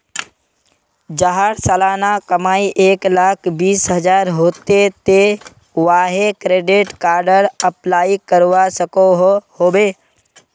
जहार सालाना कमाई एक लाख बीस हजार होचे ते वाहें क्रेडिट कार्डेर अप्लाई करवा सकोहो होबे?